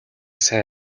сайн